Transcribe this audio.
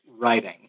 writing